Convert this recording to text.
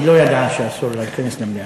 היא לא ידעה שאסור לה להיכנס למליאה.